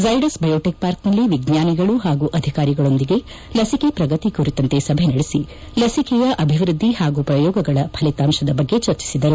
Zydus biotech ಪಾರ್ಕ್ನಲ್ಲಿ ಎಜ್ಜಾನಿಗಳು ಪಾಗೂ ಆಧಿಕಾರಿಗಳೊಂದಿಗೆ ಲಸಿಕೆ ಪ್ರಗತಿ ಕುರಿತಂತೆ ಸಭೆ ನಡೆಸಿ ಲಸಿಕೆಯ ಅಭಿವೃದ್ಧಿ ಪಾಗೂ ಪ್ರಯೋಗಗಳ ಫಲಿತಾಂಶದ ಬಗ್ಗೆ ಚರ್ಚಿಸಿದರು